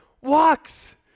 walks